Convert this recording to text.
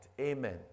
Amen